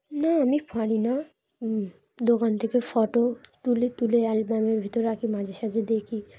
না আমি পারি না দোকান থেকে ফটো তুলে তুলে অ্যালবামের ভিতর রাখি মাঝে সাঝে দেখি